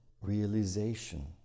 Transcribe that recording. realization